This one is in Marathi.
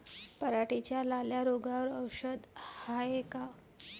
पराटीच्या लाल्या रोगावर औषध हाये का?